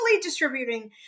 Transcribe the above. distributing